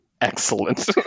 Excellent